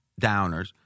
downers